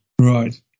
Right